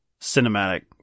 cinematic